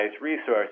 resources